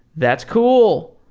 that's cool.